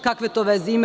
Kakve to veze ima?